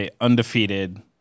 undefeated